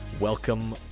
Welcome